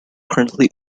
currently